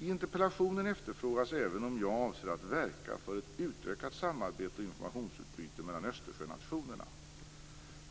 I interpellationen efterfrågas även om jag avser att verka för ett utökat samarbete och informationsutbyte mellan Östersjönationerna.